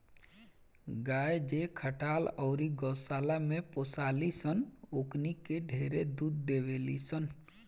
गाय जे खटाल अउरी गौशाला में पोसाली सन ओकनी के ढेरे दूध देवेली सन